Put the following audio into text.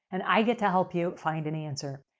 and i get to help you find an answer.